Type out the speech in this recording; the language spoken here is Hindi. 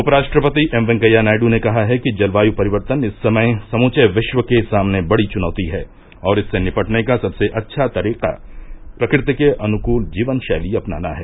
उपराष्ट्रपति एम वेंकैया नायडू ने कहा है कि जलवायु परिवर्तन इस समय समूचे विश्व के सामने बड़ी चुनौती है और इससे निपटने का सबसे अच्छा तरीका प्रकृति के अनुकूल जीवन शैली अपनाना है